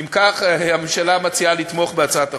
אם כך, הממשלה מציעה לתמוך בהצעת החוק.